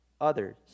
others